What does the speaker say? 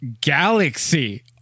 galaxy